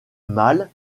mal